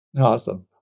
Awesome